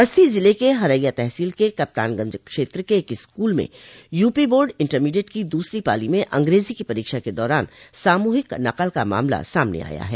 बस्ती जिले के हरैया तहसील के कप्तानगंज क्षेत्र के एक स्कूल में यूपी बोर्ड इंटरमीडिएट की दूसरी पाली में अंग्रेजी की परीक्षा के दौरान सामूहिक नकल का मामला सामने आया है